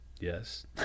Yes